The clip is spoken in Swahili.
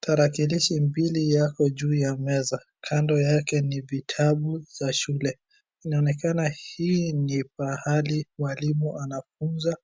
Tarakilishi mbili yako juu ya meza kando yake ni vitabu za shule inaonekana hii ni pahali mwalimu anafunza